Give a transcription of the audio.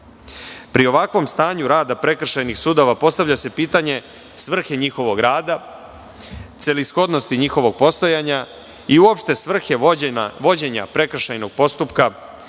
86%.Pri ovakvom stanju rada prekršajnih sudova postavlja se pitanje svrhe njihovog rada, celishodnosti njihovog postojanja i uopšte svrhe vođenja prekršajnog postupka,